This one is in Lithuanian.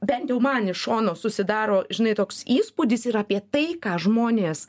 bent jau man iš šono susidaro žinai toks įspūdis yra apie tai ką žmonės